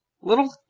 little